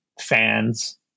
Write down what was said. fans